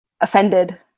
offended